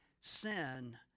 sin